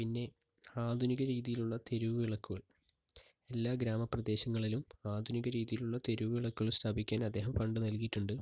പിന്നെ ആധുനിക രീതിയിലുള്ള തെരുവു വിളക്കുകൾ എല്ലാ ഗ്രാമപ്രദേശങ്ങളിലും ആധുനിക രീതിയിലുള്ള തെരുവു വിളക്കുകൾ സ്ഥാപിക്കാൻ അദ്ദേഹം ഫണ്ട് നൽകിയിട്ടുണ്ട്